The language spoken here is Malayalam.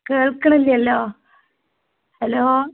കേൾക്കണില്ല്യല്ലോ ഹലോ